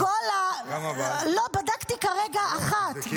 לא, בדקתי כרגע אחת.